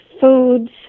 foods